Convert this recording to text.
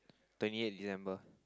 twenty eight December